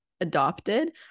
adopted